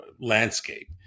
landscape